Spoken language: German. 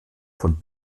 von